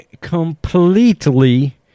completely